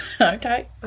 okay